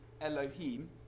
Elohim